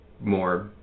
more